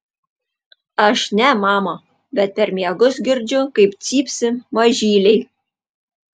aš ne mama bet per miegus girdžiu kaip cypsi mažyliai